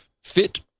fit